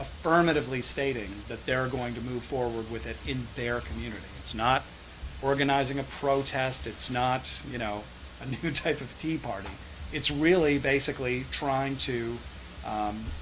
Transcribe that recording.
affirmatively stating that they're going to move forward with it in their community it's not organizing a protest it's not you know a new type of tea party it's really basically trying to